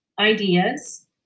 ideas